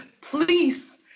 please